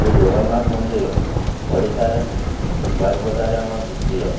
ଶ୍ରୀଜଗନ୍ନାଥ ମନ୍ଦିର ଓଡ଼ିଶାରେ ବାରିପଦାରେ ଆମ ଦ୍ୱିତୀୟ